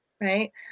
right